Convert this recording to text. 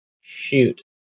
shoot